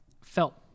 felt